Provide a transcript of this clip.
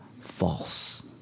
false